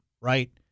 right